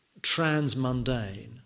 transmundane